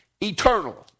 Eternal